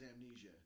amnesia